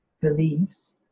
beliefs